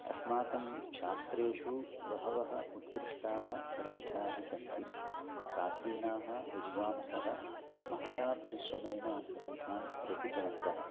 अस्माकं शास्त्रेषु बहवः उत्कृष्टाः ग्रन्थाः सन्ति प्राचीनाः विद्वांसः महता परिश्रमेण ग्रन्थान् रचितवन्तः